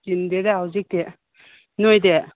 ꯆꯤꯟꯗꯦꯗ ꯍꯧꯖꯤꯛꯇꯤ ꯅꯣꯏꯗꯤ